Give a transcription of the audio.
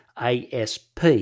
ASP